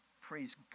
Praise